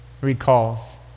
Recalls